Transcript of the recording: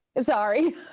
Sorry